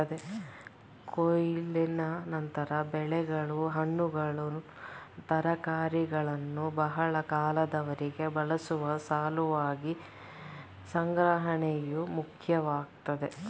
ಕೊಯ್ಲಿನ ನಂತರ ಬೆಳೆಗಳು ಹಣ್ಣುಗಳು ತರಕಾರಿಗಳನ್ನು ಬಹಳ ಕಾಲದವರೆಗೆ ಬಳಸುವ ಸಲುವಾಗಿ ಸಂಗ್ರಹಣೆಯು ಮುಖ್ಯವಾಗ್ತದೆ